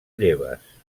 lleves